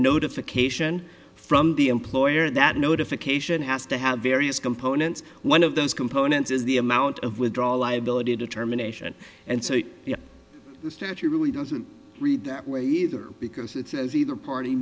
notification from the employer that notification has to have various components one of those components is the amount of withdraw liability determination and so the statue really doesn't read that way either because it's either party